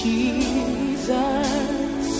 Jesus